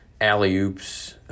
alley-oops